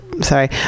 Sorry